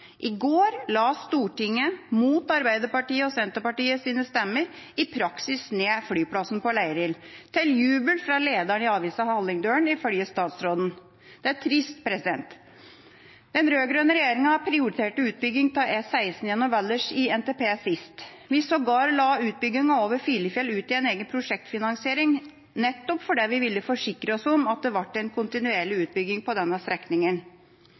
I går la Stortinget, mot Arbeiderpartiets og Senterpartiets stemmer, i praksis ned flyplassen på Leirin – til jubel fra lederen i avisen Hallingdølen, ifølge statsråden. Det er trist. Den rød-grønne regjeringa prioriterte utbygging av E16 gjennom Valdres i NTP sist. Vi la sågar utbyggingen over Filefjell ut i en egen prosjektfinansiering, nettopp fordi vi ville forsikre oss om at det ble en kontinuerlig utbygging på denne strekninga.